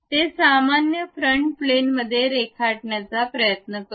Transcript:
ते सामान्य फ्रंट प्लॅनमध्ये रेखाटण्याचा प्रयत्न करूया